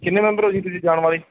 ਕਿੰਨੇ ਮੈਂਬਰ ਹੋ ਜੀ ਤੁਸੀਂ ਜਾਣ ਵਾਲੇ